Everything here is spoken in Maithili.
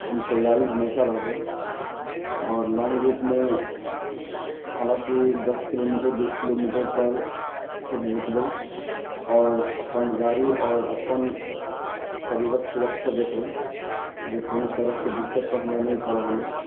हम तैआरी हमेशा रहबै आओर लौङ्ग रूटमे हलाँकि दश किलोमीटर बीस किलोमीटर पर हेड रुकबै आओर अपन गाड़ी आओर अपन शरीरक सुरक्षा देखबै जे कोनो तरहके दिक्कत तऽ हमरा नहि भऽ रहल अइ